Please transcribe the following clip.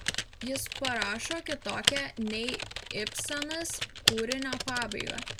jis parašo kitokią nei ibsenas kūrinio pabaigą